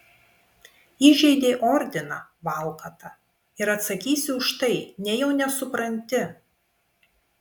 įžeidei ordiną valkata ir atsakysi už tai nejau nesupranti